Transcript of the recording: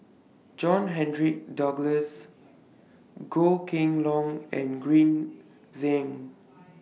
John Henry Duclos Goh Kheng Long and Green Zeng